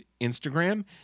Instagram